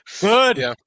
Good